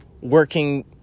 working